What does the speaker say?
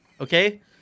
okay